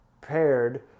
paired